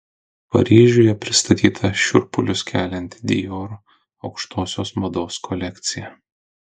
paryžiuje pristatyta šiurpulius kelianti dior aukštosios mados kolekcija